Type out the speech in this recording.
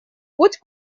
путь